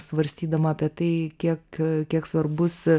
svarstydama apie tai kiek kiek svarbus